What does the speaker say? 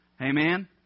Amen